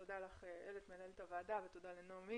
תודה לאיילת מנהלת הוועדה ותודה לנעמי